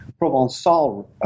Provençal